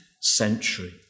century